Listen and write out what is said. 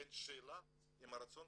אין שאלה אם רוצים